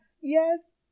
yes